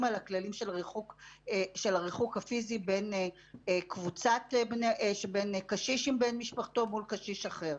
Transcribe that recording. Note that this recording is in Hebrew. על הכללים של הריחוק הפיזי בין קשיש עם בן משפחתו מול קשיש אחר.